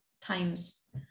times